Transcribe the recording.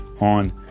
on